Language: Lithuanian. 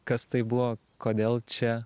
kas tai buvo kodėl čia